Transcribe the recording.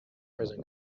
prison